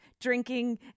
drinking